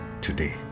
today